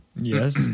Yes